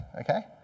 okay